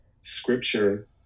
scripture